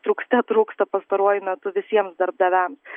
trūkte trūksta pastaruoju metu visiems darbdaviams